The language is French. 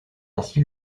ainsi